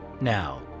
Now